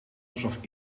alsof